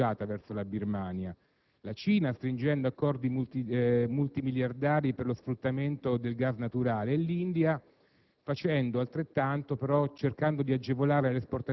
La Cina e l'India oggi si contendono una posizione privilegiata verso la Birmania, la Cina stringendo accordi multimiliardari per lo sfruttamento del gas naturale e l'India